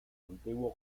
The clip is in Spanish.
antiguo